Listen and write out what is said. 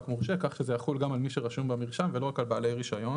מורשה" כך שזה יחול גם על מי שרשום במרשם ולא רק על בעלי רישיון.